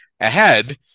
ahead